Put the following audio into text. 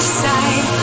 side